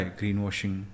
greenwashing